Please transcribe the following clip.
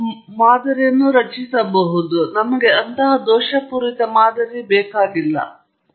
ಹಾಗಾಗಿ ಶೀತಕ ಹರಿವುಗಳಲ್ಲಿ ನಾನು ಯಾವ ರೀತಿಯ ಬದಲಾವಣೆಗಳನ್ನು ಮಾಡುತ್ತಿದ್ದೇನೆ ಮತ್ತು ಕೇವಲ ತಾಪಮಾನವು ಅಳೆಯುವ ವೇರಿಯೇಬಲ್ ಎಂಬುದನ್ನು ನಿಖರವಾಗಿ ತಿಳಿದಿದೆ